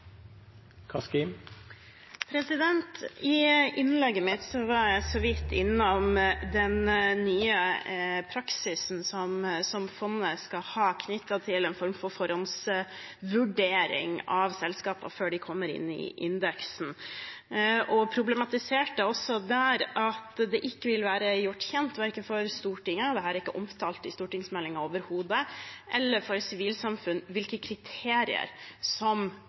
I innlegget mitt var jeg så vidt innom den nye praksisen som fondet skal ha knyttet til en form for forhåndsvurdering av selskaper før de kommer inn i indeksen. Jeg problematiserte at det ikke vil være gjort kjent, verken for Stortinget – og det er overhodet ikke omtalt i stortingsmeldingen – eller for sivilsamfunnet hvilke kriterier som